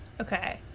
Okay